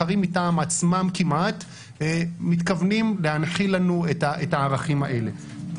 הם מתכוונים להנחיל לנו את הערכים האלה.